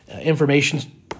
information